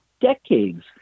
decades